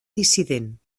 dissident